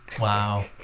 Wow